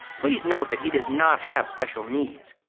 please note that he does not have special needs.